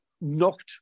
knocked